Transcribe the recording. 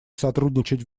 сотрудничать